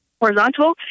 horizontal